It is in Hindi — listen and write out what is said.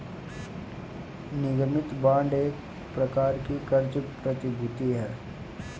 निगमित बांड एक प्रकार की क़र्ज़ प्रतिभूति है